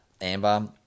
Amber